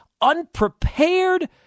unprepared